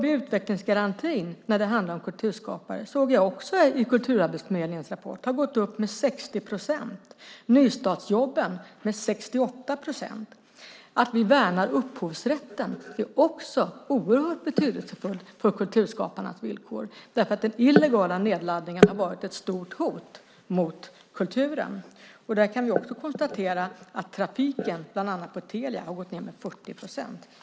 I Kulturarbetsförmedlingens rapport såg jag att jobb och utvecklingsgarantin vad gäller kulturskapare gått upp med 60 procent och nystartsjobben med 68 procent. Att vi dessutom värnar upphovsrätten är betydelsefullt för kulturskaparnas villkor. Den illegala nedladdningen har varit ett stort hot mot kulturen. Vi kan konstatera att trafiken bland annat hos Telia gått ned med 40 procent.